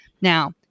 Now